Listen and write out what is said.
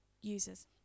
users